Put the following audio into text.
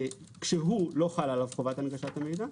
כשלא חלה עליו חובת הנגשת המידע,